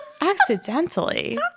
Accidentally